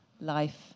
life